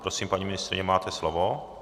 Prosím, paní ministryně, máte slovo.